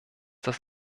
das